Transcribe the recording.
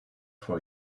for